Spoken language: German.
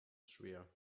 schwer